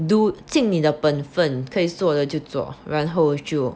do 进你的本分可以做的就做然后就